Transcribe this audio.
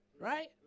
Right